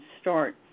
start